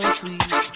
sweet